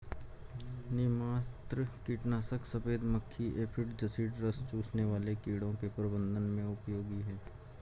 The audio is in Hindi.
नीमास्त्र कीटनाशक सफेद मक्खी एफिड जसीड रस चूसने वाले कीड़ों के प्रबंधन में उपयोगी है